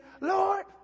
Lord